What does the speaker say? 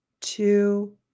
two